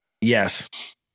Yes